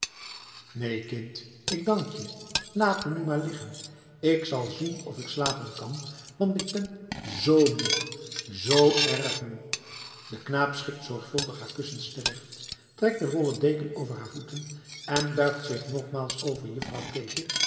neen kind ik dank je laat me nu maar liggen k zal zien of ik slapen kan want ik ben zoo moe zoo erg moe de knaap schikt zorgvuldig haar kussens terecht trekt de wollen deken over haar voeten en buigt zich nogmaals over juffrouw keetje